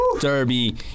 Derby